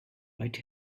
right